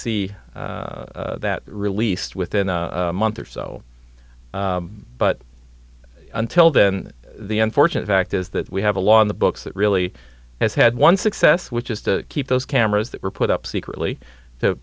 see that released within a month or so but until then the unfortunate fact is that we have a law on the books that really has had one success which is to keep those cameras that were put up secretly